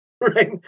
Right